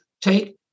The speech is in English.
take